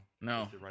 No